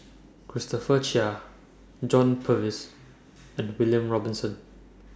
Christopher Chia John Purvis and William Robinson